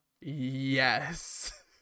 yes